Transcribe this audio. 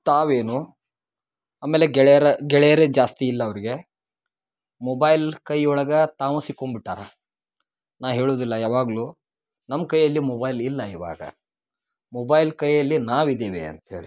ತಾವೇನು ಆಮೇಲೆ ಗೆಳೆಯರ ಗೆಳೆಯರೇ ಜಾಸ್ತಿ ಇಲ್ಲ ಅವ್ರ್ಗೆ ಮೊಬೈಲ್ ಕೈಯೊಳಗ ತಾವು ಸಿಕ್ಕೊಂಬಿಟ್ಟಾರ ನಾ ಹೇಳುದಿಲ್ಲ ಯಾವಾಗಲು ನಮ್ಮ ಕೈಯಲ್ಲಿ ಮೊಬೈಲ್ ಇಲ್ಲ ಇವಾಗ ಮೊಬೈಲ್ ಕೈಯಲ್ಲಿ ನಾವಿದ್ದೇವೆ ಅಂತ್ಹೇಳಿ